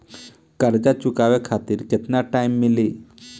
कर्जा चुकावे खातिर केतना टाइम मिली?